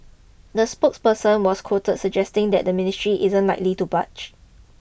the spokesperson was quoted suggesting that the ministry isn't likely to budge